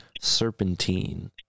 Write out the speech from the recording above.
Serpentine